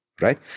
right